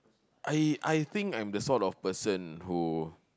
I I think I'm the sort of person who